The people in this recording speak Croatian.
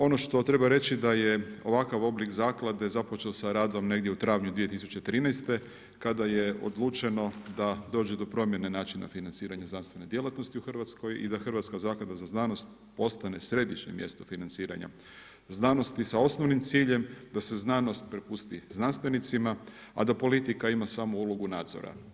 Ono što treba reći da je ovakav oblik zaklade započeo sa radom negdje u travnju 2013. kada je odlučeno da dođe do promjene načina financiranja znanstvene djelatnosti u Hrvatskoj i da Hrvatska zaklada za znanost postane središnje mjesto financiranja znanosti sa osnovnim ciljem da se znanost prepusti znanstvenicima a da politika ima samo ulogu nadzora.